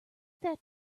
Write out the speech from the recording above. that